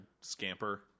scamper